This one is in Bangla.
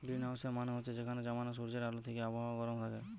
গ্রীনহাউসের মানে হচ্ছে যেখানে জমানা সূর্যের আলো থিকে আবহাওয়া গরম থাকে